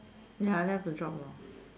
ya I left the job lo